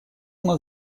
нас